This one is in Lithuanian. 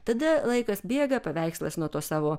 tada laikas bėga paveikslas nuo to savo